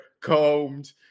combed